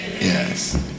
yes